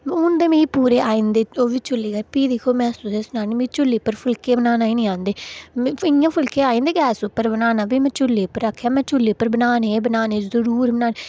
हू'न ते मिगी पूरे आई जंदे ओह्बी चु'ल्ली दे प्ही दिक्खेओ में तुसेंगी सनानी आं मिगी चु'ल्ली पर फुलके बनाना निं आंदे मिगी इं'या फुलके आई जंदे गैस पर बनाना प्ही में चु'ल्ली पर आक्खेआ में चु'ल्ली पर बनाने गै बनाने जरूर बनाने